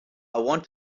want